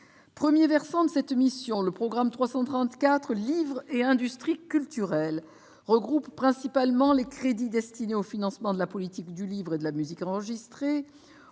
Premier versant de cette mission, le programme 334, « Livre et industries culturelles », regroupe principalement les crédits destinés au financement de la politique du livre et de la musique enregistrée.